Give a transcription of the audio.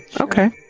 Okay